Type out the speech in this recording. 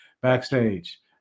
backstage